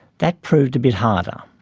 that proved a bit harder.